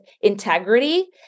integrity